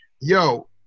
yo